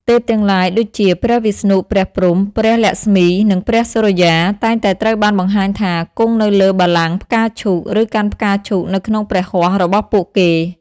ទេពទាំងឡាយដូចជា ព្រះវិស្ណុ ព្រះព្រហ្ម ព្រះលក្ម្សី និងព្រះសូរ្យា តែងតែត្រូវបានបង្ហាញថា គង់នៅលើបល្ល័ង្កផ្កាឈូក ឬកាន់ផ្កាឈូកនៅក្នុងព្រះហស្ថរបស់ពួកគេ។